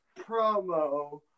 promo